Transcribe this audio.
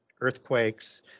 earthquakes